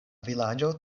vilaĝo